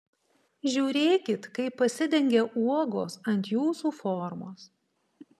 žiūrėkit kaip pasidengia uogos ant jūsų formos